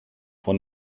von